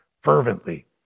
fervently